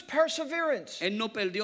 perseverance